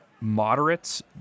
moderates